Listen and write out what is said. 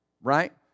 Right